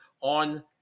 on